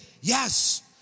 Yes